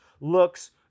looks